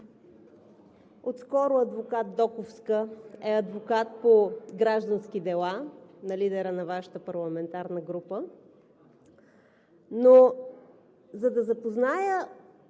отскоро адвокат Доковска е адвокат по граждански дела на лидера на Вашата парламентарна група, но за да запозная